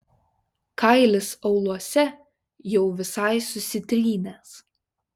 kailis auluose jau visai susitrynęs